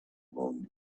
will